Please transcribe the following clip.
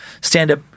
stand-up